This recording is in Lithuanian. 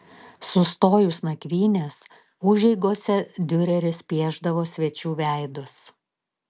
sustojus nakvynės užeigose diureris piešdavo svečių veidus